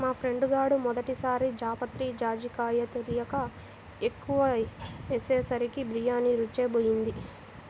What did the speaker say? మా ఫ్రెండు గాడు మొదటి సారి జాపత్రి, జాజికాయ తెలియక ఎక్కువ ఏసేసరికి బిర్యానీ రుచే బోయింది